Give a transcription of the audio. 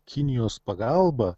kinijos pagalba